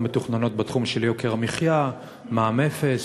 מתוכננות בתחום של יוקר המחיה ומע"מ אפס.